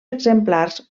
exemplars